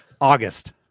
August